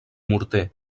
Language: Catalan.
morter